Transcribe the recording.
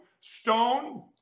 STONE